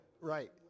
Right